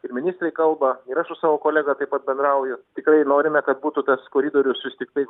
ir ministrai kalba ir aš su savo kolega taip pat bendrauju tikrai norime kad būtų tas koridorius vis tiktai